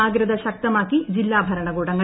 ജാഗ്രത ശക്തമാക്കി ജില്ലാ ഭരണകൂടങ്ങൾ